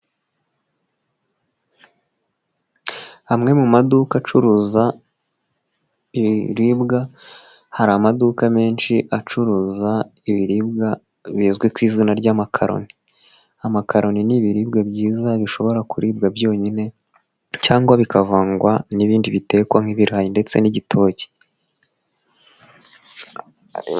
Amwe mu maduka acuruza, ibiribwa, hari amaduka menshi acuruza ibiribwa, bizwi ku izina ry'amakaroni, amakaroni n'ibiribwa byiza, bishobora kuribwa byonyine cyangwa bikavangwa n'ibindi bitekwa nk'ibirayi ndetse n'igitoki.